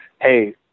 Hey